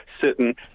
certain